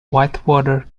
whitewater